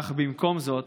אך במקום זאת